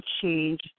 change